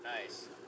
Nice